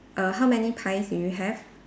err how many pies do you have